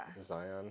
zion